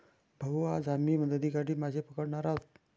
भाऊ, आज आम्ही नदीकाठी मासे पकडणार आहोत